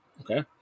okay